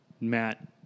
matt